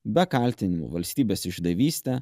be kaltinimų valstybės išdavyste